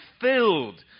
filled